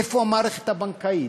איפה המערכת הבנקאית?